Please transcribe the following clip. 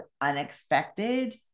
unexpected